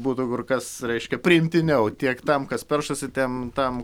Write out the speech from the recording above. būtų kur kas reiškia priimtiniau tiek tam kas peršasi tem tam